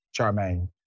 Charmaine